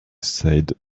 said